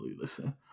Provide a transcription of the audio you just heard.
listen